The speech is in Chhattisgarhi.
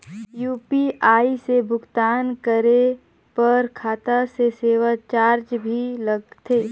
ये यू.पी.आई से भुगतान करे पर खाता से सेवा चार्ज भी लगथे?